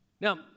Now